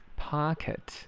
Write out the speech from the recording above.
，pocket